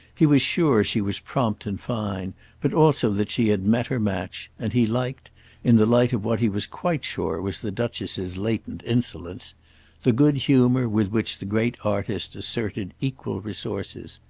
he was sure she was prompt and fine, but also that she had met her match, and he liked in the light of what he was quite sure was the duchess's latent insolence the good humour with which the great artist asserted equal resources.